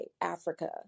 Africa